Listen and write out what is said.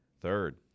Third